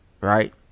Right